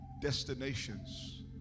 destinations